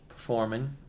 Performing